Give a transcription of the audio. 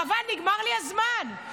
חבל, נגמר לי הזמן.